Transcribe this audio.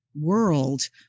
world